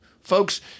folks